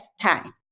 time